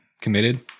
committed